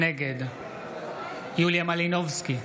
נגד יוליה מלינובסקי,